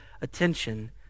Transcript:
attention